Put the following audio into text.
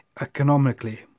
economically